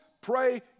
pray